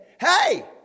hey